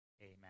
amen